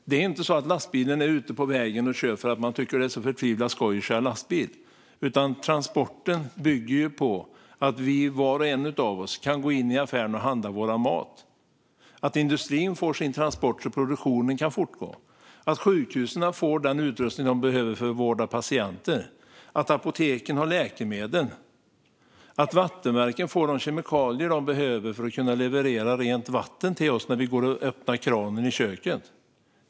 Det är inte så att man är ute och kör lastbil på vägen för att man tycker att det är så förtvivlat skoj att köra lastbil, utan transporten är grunden för att var och en av oss ska kunna gå in i affären och handla vår mat, att industrin får sina transporter så att produktionen kan fortgå, att sjukhusen får den utrustning de behöver för att vårda patienter, att apoteken har läkemedel och att vattenverken får de kemikalier de behöver för att kunna leverera rent vatten så att vi har det i kranen när vi öppnar den i köket.